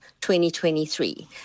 2023